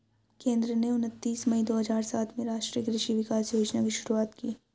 केंद्र ने उनतीस मई दो हजार सात में राष्ट्रीय कृषि विकास योजना की शुरूआत की